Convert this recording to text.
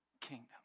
kingdom